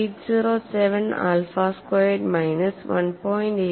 807 alpha squared minus 1